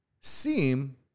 seem